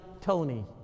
Tony